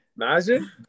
Imagine